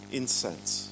incense